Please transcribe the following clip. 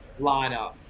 lineup